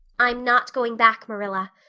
i'm not going back, marilla.